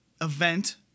event